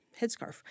headscarf